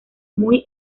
muy